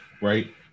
right